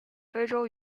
非洲